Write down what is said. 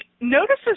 notices